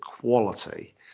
quality